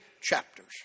chapters